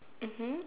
mmhmm